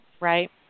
Right